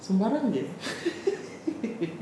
sembarang saja